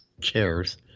chairs